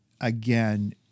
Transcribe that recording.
again